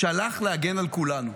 שהלך להגן על כולנו,